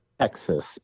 Texas